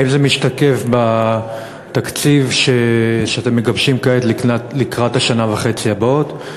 האם זה משתקף בתקציב שאתם מגבשים כעת לקראת השנה וחצי הבאות?